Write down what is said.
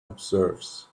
observes